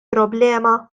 problema